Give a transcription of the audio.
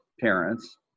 parents